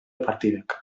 partidak